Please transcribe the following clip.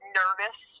nervous